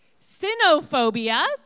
Sinophobia